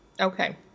Okay